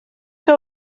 que